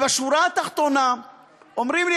בשורה התחתונה אומרים לי,